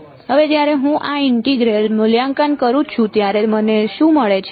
હવે જ્યારે હું આ ઇન્ટેગ્રલ મૂલ્યાંકન કરું છું ત્યારે મને શું મળે છે